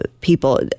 people